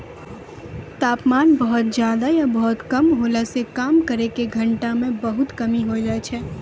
तापमान बहुत ज्यादा या बहुत कम होला सॅ काम करै के घंटा म बहुत कमी होय जाय छै